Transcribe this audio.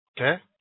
Okay